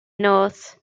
north